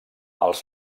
als